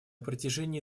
протяжении